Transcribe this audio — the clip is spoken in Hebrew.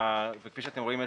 כפי שאתם רואים,